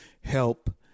help